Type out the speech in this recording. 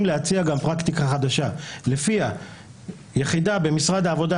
להציע פרקטיקה חדשה לפיה יחידה במשרד העבודה,